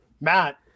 Matt